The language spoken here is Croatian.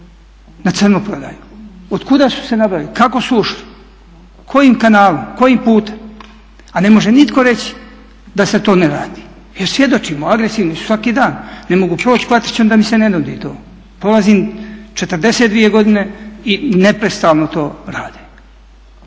na crno prodaju? Od kuda su se nabavili, kako su ušli, kojim kanalom, kojim putem? A ne može nitko reći da se to ne radi, jer svjedočimo agresivni su svaki dan, ne mogu proći Kvatrićem da mi se ne nudi to. Prolazim 42 godine i neprestano to rade.